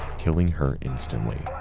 killing her instantly.